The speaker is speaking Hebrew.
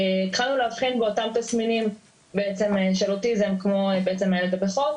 התחלנו להבחין באותם תסמינים של אוטיזם כמו הילד הבכור.